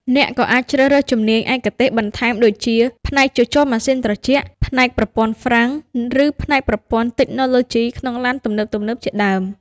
អ្នកក៏អាចជ្រើសរើសជំនាញឯកទេសបន្ថែមដូចជា ផ្នែកជួសជុលម៉ាស៊ីនត្រជាក់ ផ្នែកប្រព័ន្ធហ្វ្រាំង ឬផ្នែកប្រព័ន្ធតិចណូឡូជីក្នុងឡានទំនើបៗជាដើម។